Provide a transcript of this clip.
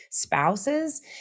spouses